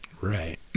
Right